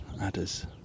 adders